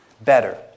better